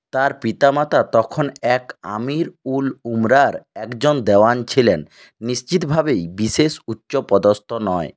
তাঁর পিতা তখন এক আমির উল উমরার একজন দেওয়ান ছিলেন নিশ্চিতভাবেই বিশেষ উচ্চ পদস্থ নয়